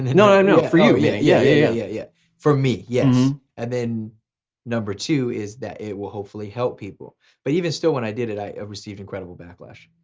no, no, for you. yeah, yeah yeah yeah, for me, yes. and then number two is that it will hopefully help people but even still when i did it i received incredible backlash.